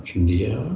India